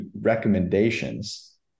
recommendations